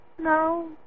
No